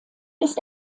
ist